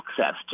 access